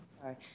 Sorry